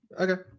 Okay